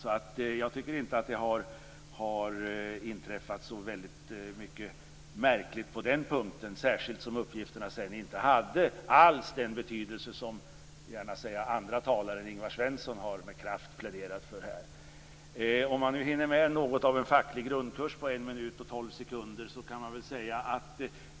Jag tycker alltså inte att det har inträffat så mycket märkligt på den punkten, särskilt som uppgifterna senare inte alls hade de betydelse som andra talare än Ingvar Svensson med kraft har pläderat för här. Jag skall försöka att hinna med en facklig grundkurs på en minut och tolv sekunder.